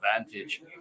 advantage